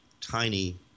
tiny